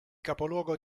capoluogo